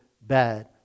bad